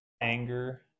anger